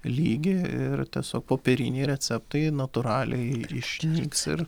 lygį ir tiesiog popieriniai receptai natūraliai išnyks ir